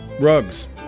Rugs